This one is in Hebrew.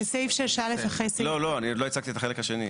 אז אני עוד לא הצגתי את החלק השני.